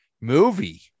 movie